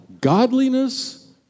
godliness